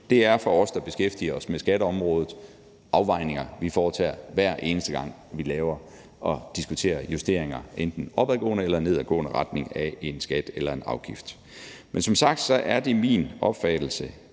Det er for os, der er beskæftiget med skatteområdet, afvejninger, vi foretager, hver eneste gang vi laver og diskuterer justeringer i enten opadgående eller nedadgående retning af en skat eller en afgift. Men som sagt er det min opfattelse